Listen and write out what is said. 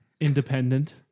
independent